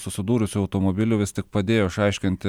susidūrusių automobilių vis tik padėjo išaiškinti